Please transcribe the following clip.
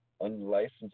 unlicensed